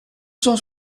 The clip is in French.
cent